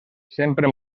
sempre